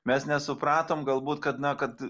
mes nesupratom galbūt kad na kad